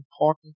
important